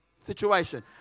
situation